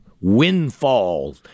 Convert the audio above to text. windfall